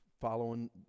following